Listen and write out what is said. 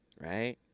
right